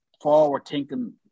forward-thinking